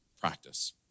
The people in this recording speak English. practice